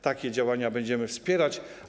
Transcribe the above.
Takie działania będziemy wspierać.